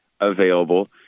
available